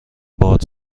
باهات